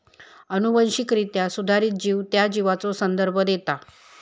अनुवांशिकरित्या सुधारित जीव त्या जीवाचो संदर्भ देता